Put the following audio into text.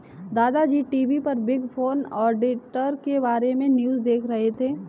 दादा जी टी.वी पर बिग फोर ऑडिटर के बारे में न्यूज़ देख रहे थे